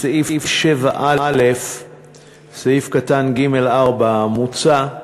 בסעיף 7א סעיף קטן (ג)(4) המוצע,